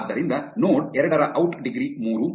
ಆದ್ದರಿಂದ ನೋಡ್ ಎರಡರ out degree ಮೂರು